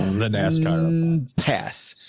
the nascar um pass?